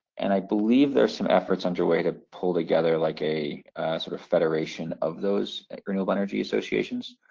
and i believe there's some efforts underway to pull together like a sort of federation of those renewable energy associations.